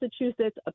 Massachusetts